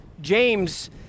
James